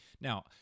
Now